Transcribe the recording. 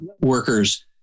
workers